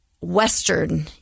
western